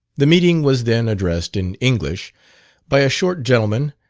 the meeting was then addressed in english by a short gentleman,